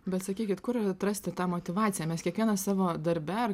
bet sakykit kur atrasti tą motyvaciją mes kiekvienas savo darbe ar